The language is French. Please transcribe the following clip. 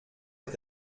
est